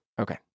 Okay